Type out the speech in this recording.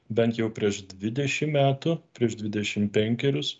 bent jau prieš dvidešim metų prieš dvidešim penkerius